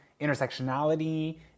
intersectionality